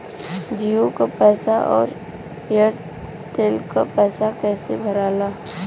जीओ का पैसा और एयर तेलका पैसा कैसे भराला?